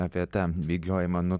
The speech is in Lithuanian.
apie tą bėgiojimą nu